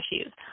issues